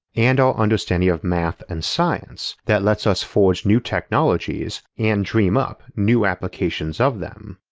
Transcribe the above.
and our understanding of math and science, that lets us forge new technologies and dream up new applications of them.